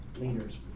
leaders